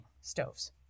stoves